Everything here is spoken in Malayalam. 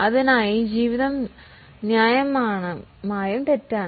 അതിൻ്റെ ലൈഫ് ന്യായമായും തെറ്റാണ്